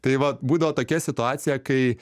tai va būdavo tokia situacija kai